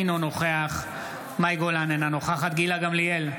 אינו נוכח מאי גולן, אינה נוכחת גילה גמליאל,